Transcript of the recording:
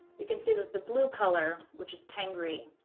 we can see that the blue color which is tengri